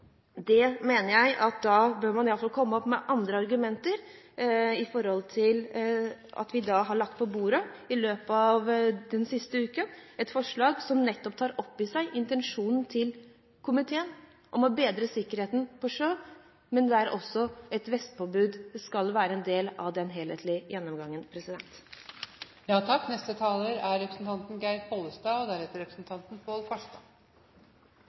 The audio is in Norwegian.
Man bør komme med andre argumenter mot det forslaget vi har lagt på bordet i løpet av den siste uken, et forslag som nettopp tar opp i seg intensjonen til komiteen om å bedre sikkerheten på sjøen, der også et vestpåbud skal være en del av den helhetlige gjennomgangen. Når vi har diskutert dette i Senterpartiet, er